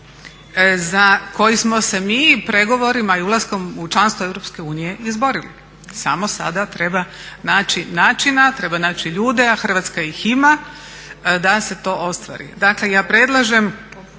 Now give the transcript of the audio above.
za koji smo se mi i pregovorima i ulaskom u članstvo EU izborili samo sada treba naći načina, treba naći ljude, a Hrvatska ih ima da se to ostvari. Dakle, ja predlažem